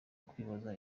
kwibaza